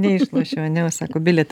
neišlošiu ane o sako bilietą